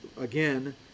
again